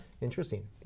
Interesting